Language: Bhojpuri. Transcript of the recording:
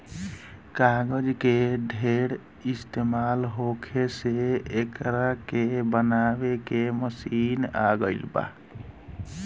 कागज के ढेर इस्तमाल होखे से एकरा के बनावे के मशीन आ गइल बा